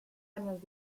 años